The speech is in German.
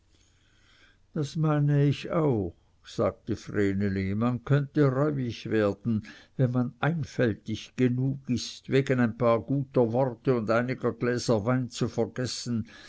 das meine ich auch sagte vreneli man könnte reuig werden wenn man einfältig genug ist wegen ein paar guter worte und einiger gläser wein zu vergessen